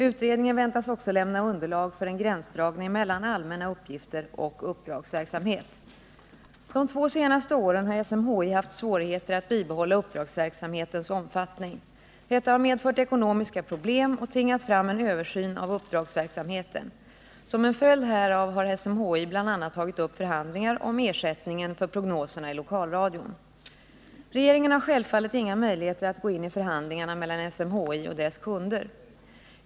Utredningen väntas också lämna underlag för en gränsdragning mellan allmänna uppgifter och uppdragsverksamhet. De två senaste åren har SMHI haft svårigheter att bibehålla uppdragsverk samhetens omfattning. Detta har medfört ekonomiska problem och tvingat fram en översyn av uppdragsverksamheten. Som en följd härav har SMHI bl.a. tagit upp förhandlingar om ersättningen för prognoserna i lokalradion. Regeringen har självfallet inga möjligheter att gå in i förhandlingarna mellan SMHI och dess kunder.